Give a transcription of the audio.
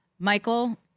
Michael